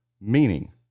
Meaning